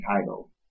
title